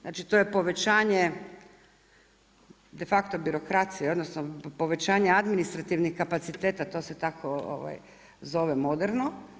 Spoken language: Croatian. Znači to je povećanje, de facto birokracije, odnosno povećanje administrativnih kapaciteta, to se tako zove moderno.